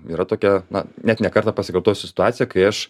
yra tokia na net ne kartą pasikartojusi situacija kai aš